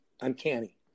uncanny